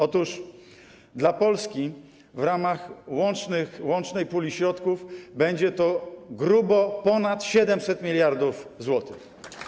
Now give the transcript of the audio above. Otóż dla Polski w ramach łącznej puli środków będzie to grubo ponad 700 mld zł.